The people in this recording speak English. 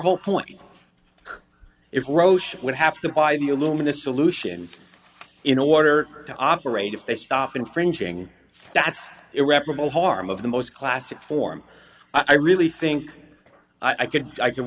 whole point if roche would have to buy the alumina solution in order to operate if they stop infringing that's irreparable harm of the most classic form i really think i could i can